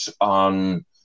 on